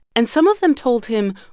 and some of them told him,